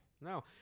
No